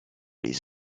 les